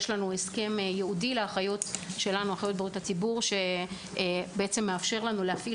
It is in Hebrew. יש הסכם ייעודי של האחיות לבריאות הציבור שמאפשר להפעיל